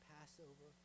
Passover